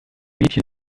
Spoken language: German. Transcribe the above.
mädchen